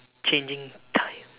changing time